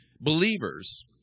believers